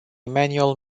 manual